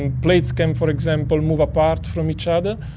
and plates can, for example, move apart from each other,